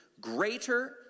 greater